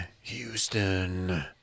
Houston